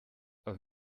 aber